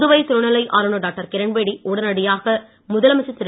புதுவை துணைநிலை ஆளுனர் டாக்டர் கிரண்பேடி உடனடியாக முதலமைச்சர் திரு